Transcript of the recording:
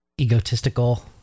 egotistical